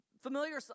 familiar